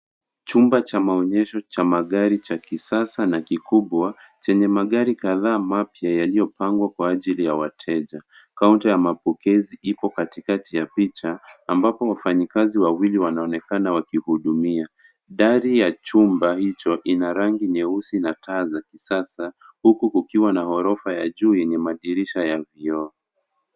Chumba cha maonyesho cha magari ya kisasa na kikubwa chenye magari kadhaa mapya yaliyopangwa kwa ajili ya wateja. Kaunta ya mapokezi ipo katikati ya picha ambapo wafanyikazi wawili wanaonekana wakihudumia. Dari ya chumba hicho kina rangi nyeusi na taa za kisasa huku kukiwa na orofa ya juu yenye madirisha ya vioo.